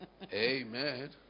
Amen